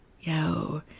yo